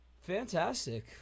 Fantastic